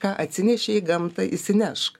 ką atsinešei į gamtą išsinešk